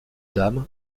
dames